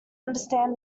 understand